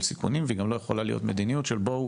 סיכונים והיא גם לא יכולה להיות מדיניות של כדי